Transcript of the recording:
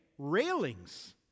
railings